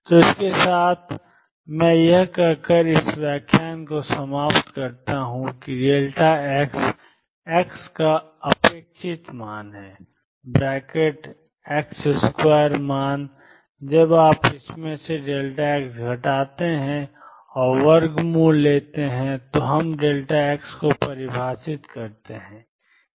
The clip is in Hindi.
तो इसके साथ मैं यह कहकर इस व्याख्यान को समाप्त करता हूं कि x x का अपेक्षित मान है ⟨x2⟩ मान जब आप इसमें से x घटाते हैं और वर्गमूल लेते हैं तो हम x को परिभाषित करते हैं